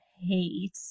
hate